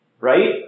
right